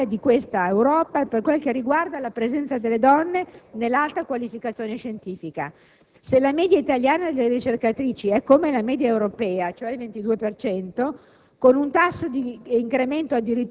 risulta al di sotto di questa per quel che riguarda la presenza delle donne nell'alta qualificazione scientifica. Se la media italiana delle ricercatrici è come la media europea, cioè 29